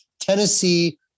Tennessee